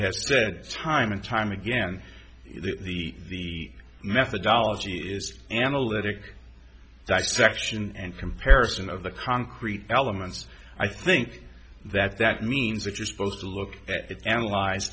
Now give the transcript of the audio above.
has time and time again the methodology is analytic dissection and comparison of the concrete elements i think that that means that you're supposed to look at it analyze